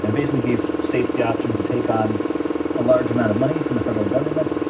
and basically gave states the option to take on a large amount of money from the federal government,